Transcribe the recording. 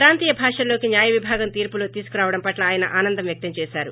ప్రాంతీయ భాషల్లోకి న్యాయ విభాగం తీర్చులు తీసుకురావడం పట్ల ఆయన ఆనందం వ్యక్తం చేసారు